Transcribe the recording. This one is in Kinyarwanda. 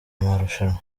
marushanwa